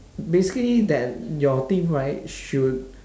basically that your team right should